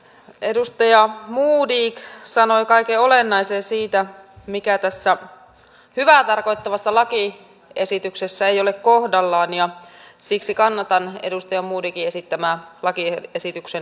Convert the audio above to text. edustaja modig sanoi kaiken olennaisen siitä mikä tässä hyvää tarkoittavassa lakiesityksessä ei ole kohdallaan ja siksi kannatan edustaja modigin esittämää lakiesityksen hylkäämistä